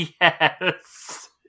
Yes